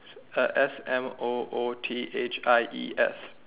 uh S M O O T H I E S